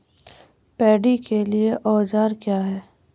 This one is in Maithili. पैडी के लिए औजार क्या हैं?